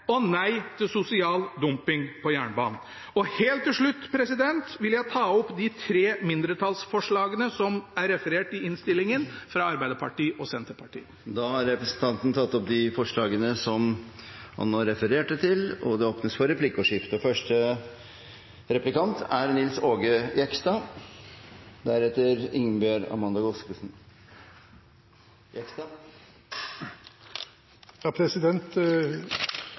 si nei til salg av Flytoget si ja til å samle eierskap til stasjoner i Jernbaneverket si nei til sosial dumping på jernbanen Helt til slutt vil jeg ta opp de tre mindretallsforslagene som er referert i innstillingen, fra Arbeiderpartiet og Senterpartiet. Representanten Sverre Myrli har tatt opp de forslagene som han refererte til. Det blir replikkordskifte. Representanten Myrli snakket om visjoner for